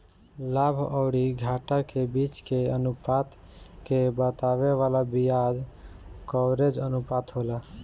लाभ अउरी घाटा के बीच के अनुपात के बतावे वाला बियाज कवरेज अनुपात होला